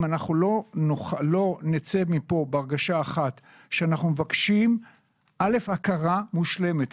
אם לא נצא מכאן בהרגשה אחת שאנחנו מבקשים הכרה מושלמת.